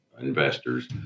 investors